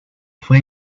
fue